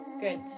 Good